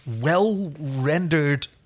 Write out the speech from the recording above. well-rendered